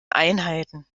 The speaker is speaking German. einheiten